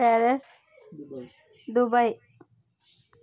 Paris Dubai